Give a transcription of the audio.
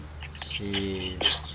Jeez